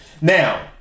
Now